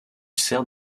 sert